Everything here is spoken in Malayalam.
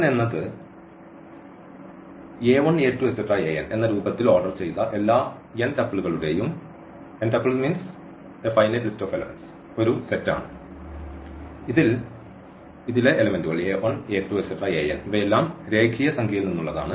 ഈ എന്നത് എന്ന രൂപത്തിൽ ഓർഡർ ചെയ്ത എല്ലാ n ടപ്പിളുകളുടെയും n tuples tuple means a finite list of elements ഒരു സെറ്റാണ് ഇവയെല്ലാം രേഖീയ സംഖ്യയിൽ നിന്നുള്ളതാണ്